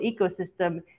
ecosystem